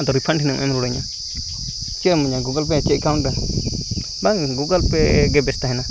ᱟᱫᱚ ᱨᱤᱯᱷᱟᱱᱰ ᱦᱩᱱᱟᱹᱝᱮᱢ ᱮᱢ ᱨᱩᱣᱟᱹᱲᱟᱹᱧᱟᱹ ᱪᱮᱜ ᱮᱢ ᱤᱢᱟᱹᱧᱟ ᱜᱩᱜᱩᱞ ᱯᱮ ᱪᱮ ᱮᱠᱟᱣᱩᱱᱰ ᱨᱮ ᱵᱟᱝ ᱜᱩᱜᱩᱞ ᱯᱮ ᱜᱮ ᱵᱮᱥ ᱛᱟᱦᱮᱱᱟ